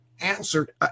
answered